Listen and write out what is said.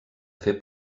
fer